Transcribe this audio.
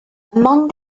among